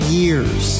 years